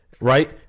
Right